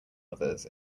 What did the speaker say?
others